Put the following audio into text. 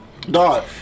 Dog